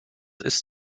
isst